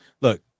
Look